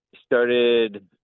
started